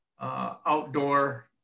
outdoor